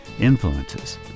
influences